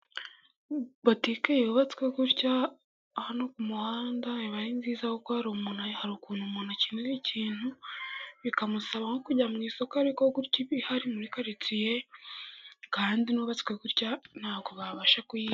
Botike yubatswe gutya hano ku muhanda iba ari nziza, kuko hari umuntu hari ukuntu umuntu akenera ikintu bikamusaba nko kujya mu isoko, ariko gutya iba ihari muri karitsiye kandi inubatswe gutya ntabwo babasha kuyiba.